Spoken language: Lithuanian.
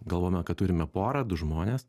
galvojame kad turime porą du žmones